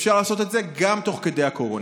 אפשר לעשות את זה גם תוך כדי הקורונה.